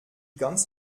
ganz